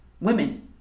Women